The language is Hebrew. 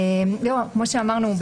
כמו שאמרנו,